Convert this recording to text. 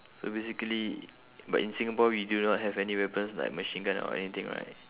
so basically but in singapore we do not have any weapons like machine gun or anything right